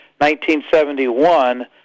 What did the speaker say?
1971